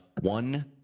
one-